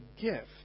gift